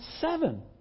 seven